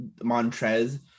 Montrez